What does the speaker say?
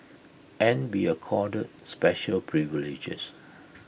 and be accorded special privileges